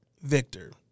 Victor